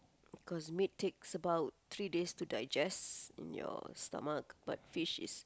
cause meat takes about three days to digest in your stomach but fish is